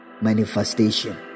manifestation